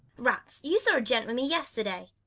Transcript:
rats! you saw a gent with me yesterday?